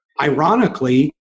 ironically